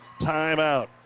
timeout